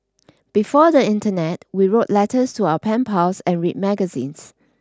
before the internet we wrote letters to our pen pals and read magazines